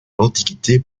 l’antiquité